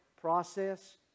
process